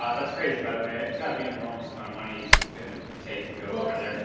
but that's crazy by the way, it's gotta be an enormous amount of money it's gonna take to go over there.